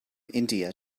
india